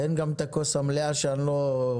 תן גם את הכוס המלאה, שאני לא אשפוך אותה עליך.